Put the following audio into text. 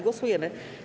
Głosujemy.